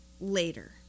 later